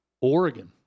Oregon